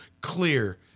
clear